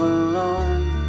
alone